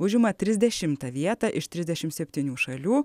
užima trisdešimtą vietą iš trisdešim septynių šalių